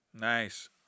Nice